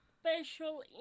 special